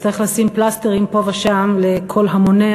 יצטרך לשים פלסטרים פה ושם לכל המוני